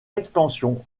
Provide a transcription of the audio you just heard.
extension